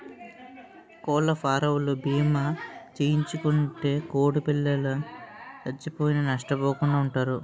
కోళ్లఫారవోలు భీమా చేయించుకుంటే కోడిపిల్లలు సచ్చిపోయినా నష్టపోకుండా వుంటారు